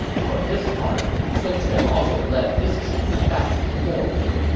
for his part, sun quan also led his troops back to moling,